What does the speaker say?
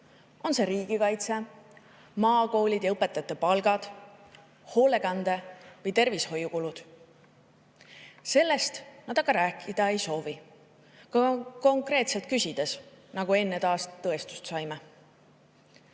On see riigikaitse, maakoolid ja õpetajate palgad, hoolekande- või tervishoiukulud? Sellest nad rääkida ei soovi, ka siis, kui konkreetselt küsitakse, nagu enne taas tõestust